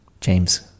James